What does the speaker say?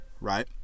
right